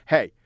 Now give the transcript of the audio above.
Hey